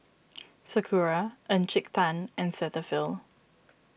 Sakura Encik Tan and Cetaphil